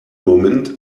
moment